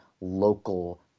local